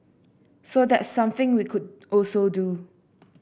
so that's something we could also do